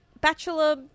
bachelor